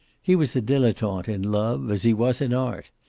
he was a dilettante in love, as he was in art.